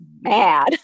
mad